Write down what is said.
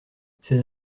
ces